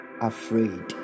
afraid